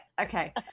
Okay